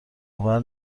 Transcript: آور